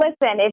listen